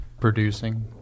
producing